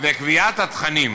קביעת התכנים.